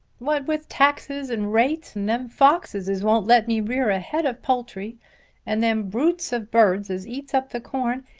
what with taxes and rates, and them foxes as won't let me rear a head of poultry and them brutes of birds as eats up the corn,